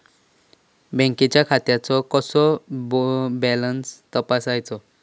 बँकेच्या खात्याचो कसो बॅलन्स तपासायचो?